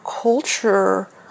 culture